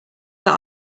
but